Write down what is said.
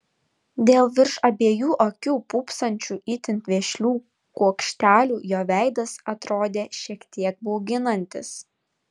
dėl virš abiejų akių pūpsančių itin vešlių kuokštelių jo veidas atrodė šiek tiek bauginantis